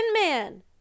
Man